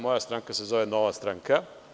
Moja stranka se zove – Nova stranka.